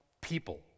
people